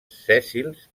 sèssils